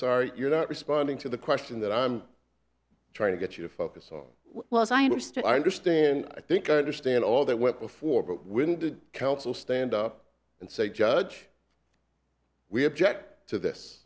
sorry you're not responding to the question that i'm trying to get you to focus on well as i understood i understand i think i understand all that went before but when did counsel stand up and say judge we object to this